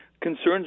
concerns